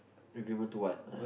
be able to what